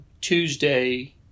Tuesday